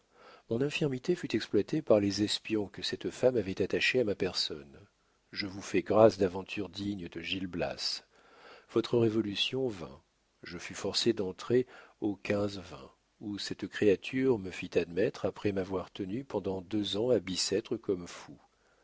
mon infirmité fut exploitée par les espions que cette femme avait attachés à ma personne je vous fais grâce d'aventures dignes de gil blas votre révolution vint je fus forcé d'entrer aux quinze-vingts où cette créature me fit admettre après m'avoir tenu pendant deux ans à bicêtre comme fou